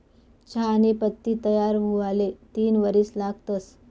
चहानी पत्ती तयार हुवाले तीन वरीस लागतंस